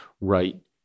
right